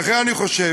ולכן אני חושב